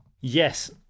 Yes